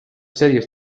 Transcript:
series